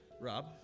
Rob